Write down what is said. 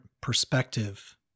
perspective